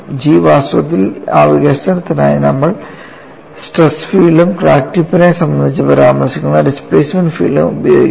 G വാസ്തവത്തിൽ ആ വികസനത്തിനായി നമ്മൾ സ്ട്രെസ് ഫീൽഡും ക്രാക്ക് ടിപ്പിനെ സംബന്ധിച്ച് പരാമർശിക്കുന്ന ഡിസ്പ്ലേസ്മെൻറ് ഫീൽഡും ഉപയോഗിക്കും